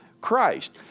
Christ